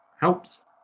helps